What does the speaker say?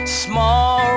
small